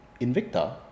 Invicta